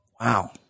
Wow